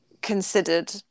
considered